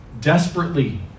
desperately